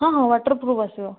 ହଁ ହଁ waterproof ଆସିବ